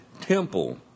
temple